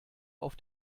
auf